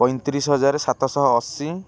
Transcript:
ପଇଁତିରିଶ ହଜାର ସାତଶହ ଅଶୀ